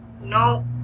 No